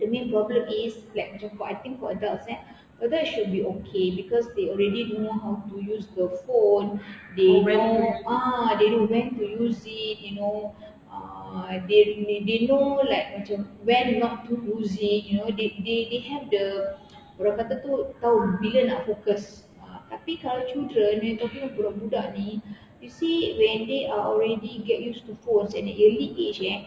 main problem like contohnya I think for adults eh adults should be okay because they already know how to use the phone they know ah they know when to use it you know uh they they know like macam when not to use it you know they they they have the orang kata tu tahu bila nak focus tapi kalau children memang talking budak-budak ni you see when they are already get used to phones at an early age eh